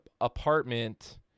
apartment